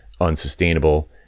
unsustainable